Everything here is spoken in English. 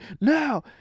Now